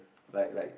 like like